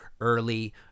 early